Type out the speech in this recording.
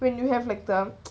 when you have them